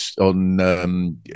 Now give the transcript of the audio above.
on